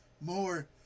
more